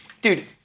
Dude